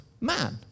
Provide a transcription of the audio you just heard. man